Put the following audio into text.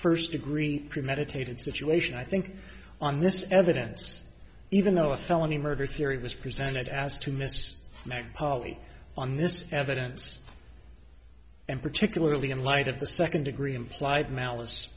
first degree premeditated situation i think on this evidence even though a felony murder theory was presented as to mrs mack polly on this evidence and particularly in light of the second degree implied malice